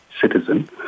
citizen